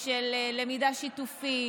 של למידה שיתופית,